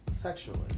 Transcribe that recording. sexually